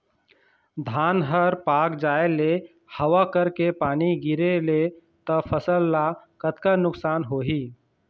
धान हर पाक जाय ले हवा करके पानी गिरे ले त फसल ला कतका नुकसान होही?